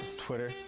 twitter.